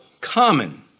common